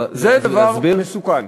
זה דבר מסוכן.